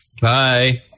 Bye